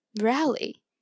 rally